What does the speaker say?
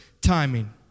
Timing